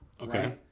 Okay